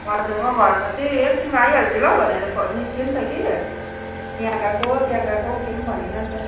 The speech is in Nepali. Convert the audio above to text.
हजुर म घरमा थिएँ एकछिन आइहाल्छु ल भनेर निस्किएँ नि त कि यहाँ गएको त्यहाँ गएको के पनि भनिनँ नि त